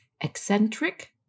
eccentric